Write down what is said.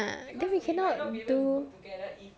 then we cannot do